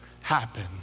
happen